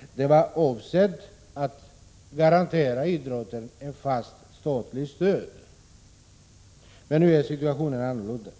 Tipsmedlen var avsedda att garantera idrotten ett fast statligt stöd, men nu är situationen annorlunda.